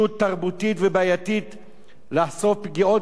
לחשוף פגיעות מיניות או לדון בהן בכל המגזרים,